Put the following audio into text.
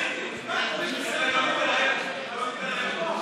שאני ארביץ לך.